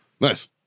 Nice